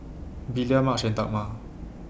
Belia Madge and Dagmar